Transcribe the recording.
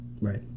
right